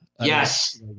Yes